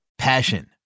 Passion